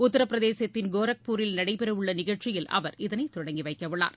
உத்தரப்பிரதேசத்தின் கோரக்பூரில் நடைபெறவுள்ள நிகழ்ச்சியில் அவர் இதனை தொடங்கி வைக்கவுள்ளார்